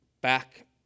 back